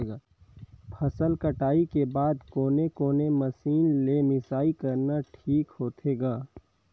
फसल कटाई के बाद कोने कोने मशीन ले मिसाई करना ठीक होथे ग?